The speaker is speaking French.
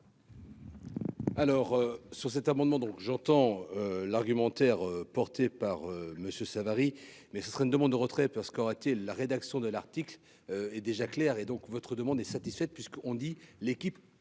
Alors sur cet amendement dont j'entends l'argumentaire porté par Monsieur Savary, mais ce serait une demande de retrait parce qu'aura la rédaction de l'article est déjà clair et donc votre demande est satisfaite puisqu'on dit l'équipe